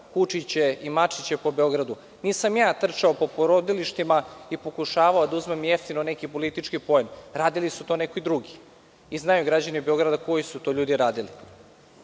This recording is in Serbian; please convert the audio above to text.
kučiće i mačiće po Beogradu, nisam ja trčao po porodilištima i pokušavao da uzmem jeftino neki politički poen. Radili su to neki drugi i znaju građani Beograda koji su to ljudi radili.